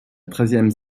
treizième